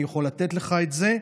אני יכול לתת לך את זה.